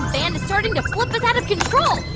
fan is starting to flip us out of control.